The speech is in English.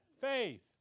Faith